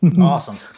Awesome